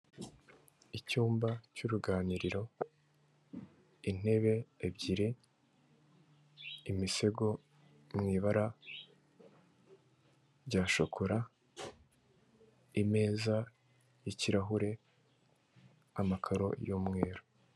Icyumba cy'uruganiriro, intebe ebyiri, imisego mu ibara rya shokora, imeza y'ikirahure, amakaro y'umweru.